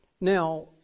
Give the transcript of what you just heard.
Now